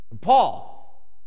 Paul